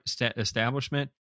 establishment